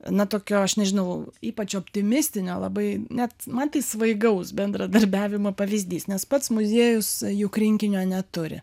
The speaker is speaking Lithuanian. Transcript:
na tokio aš nežinau ypač optimistinio labai net man tai svaigaus bendradarbiavimo pavyzdys nes pats muziejus juk rinkinio neturi